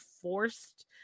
forced